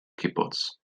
cibwts